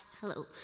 hello